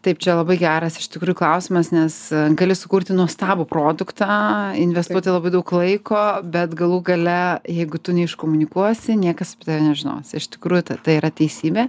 taip čia labai geras iš tikrųjų klausimas nes gali sukurti nuostabų produktą investuoti labai daug laiko bet galų gale jeigu tu ne iš komunikuosi niekas nežinos iš tikrųjų ta tai yra teisybė